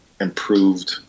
improved